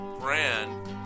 brand